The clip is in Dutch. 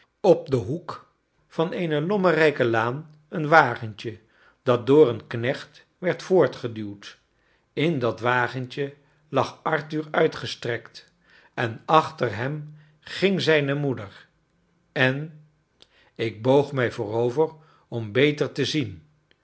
op den hoek van eene lommerrijke laan een wagentje dat door een knecht werd voortgeduwd in dat wagentje lag arthur uitgestrekt en achter hem ging zijne moeder en ik boog mij voorover om beter te zien